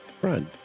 friend